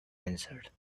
answered